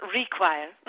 require